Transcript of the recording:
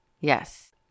Yes